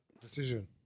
Decision